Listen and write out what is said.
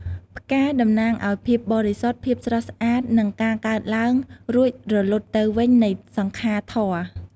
ផ្កា តំណាងឱ្យ ភាពបរិសុទ្ធ ភាពស្រស់ស្អាត និងការកើតឡើង រួចរលត់ទៅវិញនៃសង្ខារធម៌។